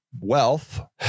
wealth